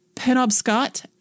Penobscot